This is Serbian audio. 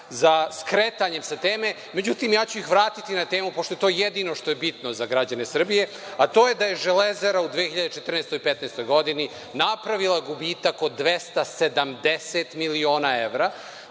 za skretanjem sa teme. Međutim, ja ću ih vratiti na temu, pošto je to jedino što je bitno za građane Srbije, a to je da je „Železara“ u 2014. i 2015. godini napravila gubitak od 270 miliona evra.